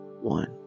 One